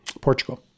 Portugal